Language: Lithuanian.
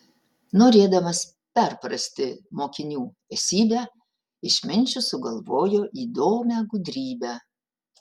norėdamas perprasti mokinių esybę išminčius sugalvojo įdomią gudrybę